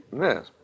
Yes